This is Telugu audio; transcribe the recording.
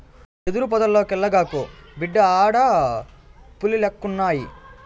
ఆ యెదురు పొదల్లోకెల్లగాకు, బిడ్డా ఆడ పులిలెక్కువున్నయి